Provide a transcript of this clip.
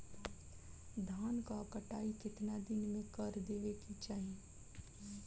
धान क कटाई केतना दिन में कर देवें कि चाही?